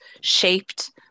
shaped